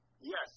yes